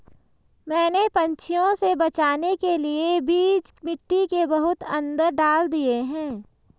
मैंने पंछियों से बचाने के लिए बीज मिट्टी के बहुत अंदर डाल दिए हैं